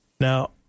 Now